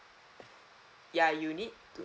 ya you need to